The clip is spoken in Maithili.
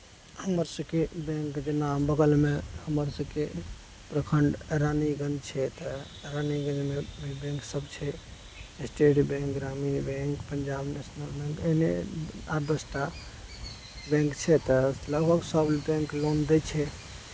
हमर सबके बैंक जेना बगलमे हमर सबके प्रखण्ड रानीगञ्ज छै तऽ रानीगञ्जमे बैंक सब छै state bank Gramin bank Punjab national bank एहने आठ दसटा बैंक छै तऽ लगभग सब बैंक लोन दै छै